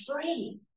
free